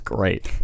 Great